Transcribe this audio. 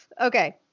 Okay